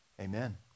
Amen